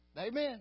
Amen